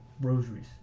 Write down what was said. Rosaries